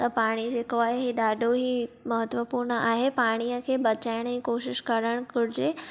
त पाणी जेको आहे ही ॾाढो ई महत्वपूर्ण आहे पाणीअ खे बचाइण जी कोशिशि करणु घुरिजे